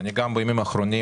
בימים האחרונים,